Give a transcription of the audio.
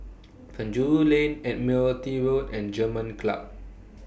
Penjuru Lane Admiralty Road and German Club